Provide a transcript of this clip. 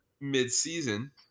mid-season –